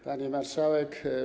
Pani Marszałek!